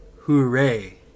Hooray